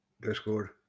Discord